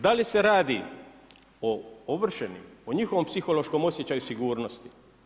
Da li se radi o ovršenim, o njihovom psihološkom osjećaju sigurnosti?